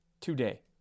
today